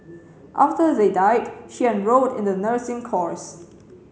after they died she enrolled in the nursing course